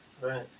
Right